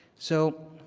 so